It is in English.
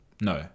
No